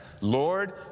Lord